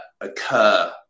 occur